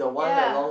ya